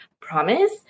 promise